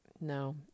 no